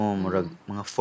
mga